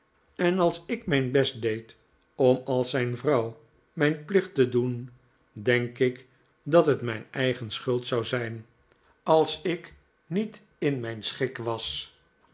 en als ik mijn best deed om als zijn vrouw mijn plicht te doen denk ik dat het mijn eigen schuld zou zijn als ik niet in mijn schik was